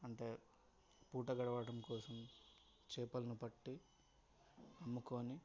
అంటే పూట గడవడం కోసం చేపలను పట్టి అమ్ముకోని